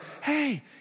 hey